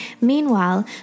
Meanwhile